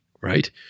right